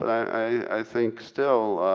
i think still